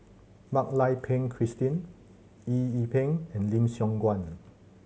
Mak Lai Peng Christine Eng Yee Peng and Lim Siong Guan